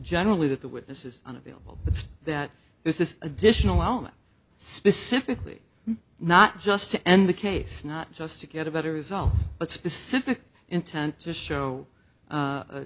generally that the with this is unavailable that there's this additional element specifically not just to end the case not just to get a better result but specific intent to show